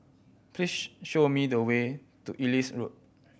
please show me the way to Ellis Road